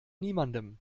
niemandem